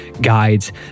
guides